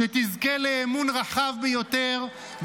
שתזכה לאמון רחב ביותר,